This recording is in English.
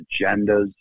agendas